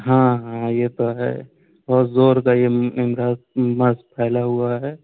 ہاں ہاں یہ تو ہے بہت زور کا یہ امرض مرض پھیلا ہوا ہے